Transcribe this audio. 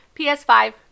ps5